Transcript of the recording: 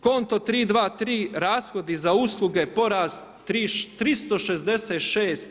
Konto 323 rashodi za usluge porast 366%